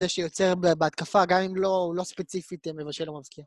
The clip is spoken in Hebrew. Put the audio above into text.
זה שיוצר בהתקפה, גם אם לא ספציפית למה שלא מזכיר.